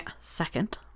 second